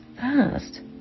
first